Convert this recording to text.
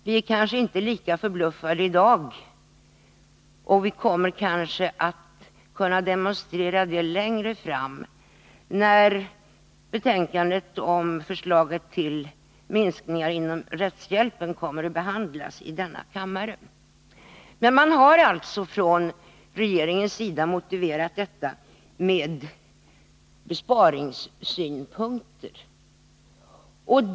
Vi är kanske inte lika förbluffade i dag, och vi kommer kanske att kunna demonstrera vår inställning längre fram, när betänkandet om minskning av rättshjälpen kommer att behandlas i denna kammare. Från regeringens sida har man alltså motiverat förslaget med besparingssynpunkter.